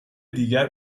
دیگر